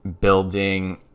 building